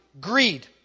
greed